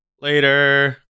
Later